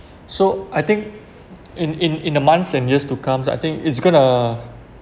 so I think in in in the months and years to comes I think it's going to